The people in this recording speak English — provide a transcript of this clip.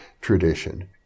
tradition